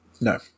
No